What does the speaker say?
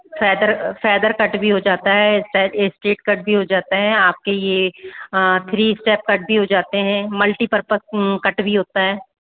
feather feather cut भी हो जाता है एस स्टेट कट भी हो जाता है आपके ये थ्री स्टेप कट भी हो जाते हैं मल्टी पर्पस कट भी होता है